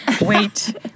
Wait